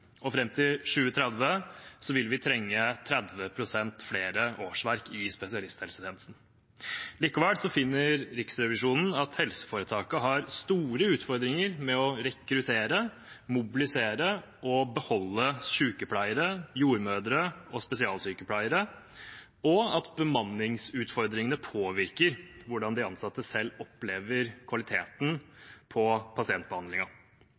til 2030 vil vi trenge 30 pst. flere årsverk i spesialisthelsetjenesten. Likevel finner Riksrevisjonen at helseforetakene har store utfordringer med å rekruttere, mobilisere og beholde sykepleiere, jordmødre og spesialsykepleiere, og at bemanningsutfordringene påvirker hvordan de ansatte selv opplever kvaliteten